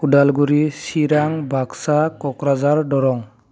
अदालगुरि चिरां बागसा क'क्राझार दरं